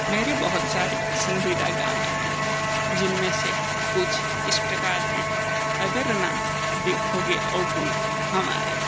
मेरे बहुत सारे पसंदीदा गाने हैं जिनमें से कुछ इस प्रकार हैं अगर नाथ देखोगे अवगुण हमारे